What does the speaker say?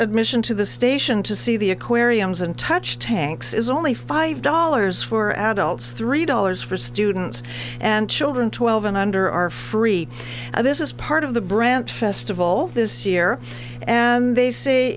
admission to the station to see the aquariums and touch tanks is only five dollars for adults three dollars for students and children twelve and under are free and this is part of the brant festival this year and they say